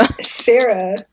Sarah